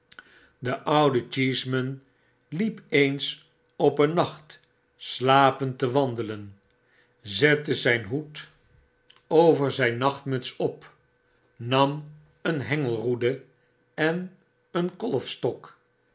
de oude cheeseman liep eens op een nacht slapend te wandelen zette zyn hoed over zyn nachtmuts op nam een hengelroede en een kolfstok